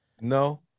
No